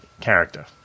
character